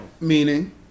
Meaning